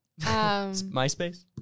Myspace